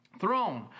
Throne